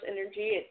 energy